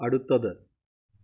അടുത്തത്